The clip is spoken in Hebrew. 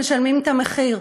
משלמים את המחיר,